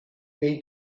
neu